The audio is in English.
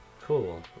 Cool